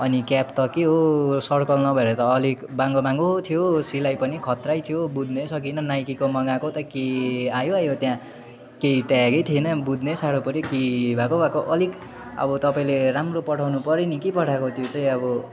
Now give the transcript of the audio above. अनि क्याप त के हो सर्कल नभएर त अलिक बाङ्गो बाङ्गो थियो सिलाई पनि खत्रै थियो बुझ्नै सकिनँ नाइकीको मगाएको के आयो आयो त्यहाँ केही ट्यागै थिएन बुझ्नै साह्रो पर्यो के भएको भएको अलिक अब तपाईँले राम्रो पठाउनु पर्यो नि के पठाएको त्यो चाहिँ अब